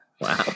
Wow